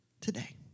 today